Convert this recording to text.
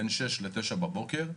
בין 06:00 ל-09:00 בבוקר.